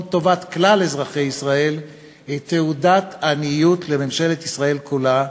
טובת כלל אזרחי ישראל היא תעודת עניות לממשלת ישראל כולה,